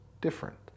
different